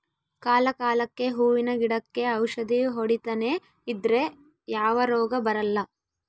ಕಾಲ ಕಾಲಕ್ಕೆಹೂವಿನ ಗಿಡಕ್ಕೆ ಔಷಧಿ ಹೊಡಿತನೆ ಇದ್ರೆ ಯಾವ ರೋಗ ಬರಲ್ಲ